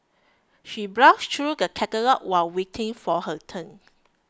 she browsed through the catalogues while waiting for her turn